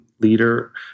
leader